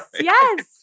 yes